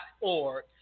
org